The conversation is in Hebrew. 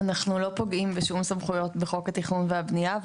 אנחנו לא פוגעים בשום סמכויות בחוק התכנון והבנייה,